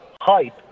hype